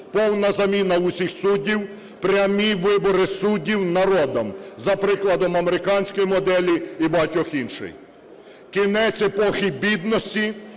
повна заміна усіх суддів, прямі вибори суддів народом за прикладом американської моделі і багатьох інших. Кінець епохи бідності